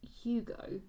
Hugo